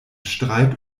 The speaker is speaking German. streit